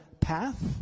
path